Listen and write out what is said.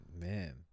Man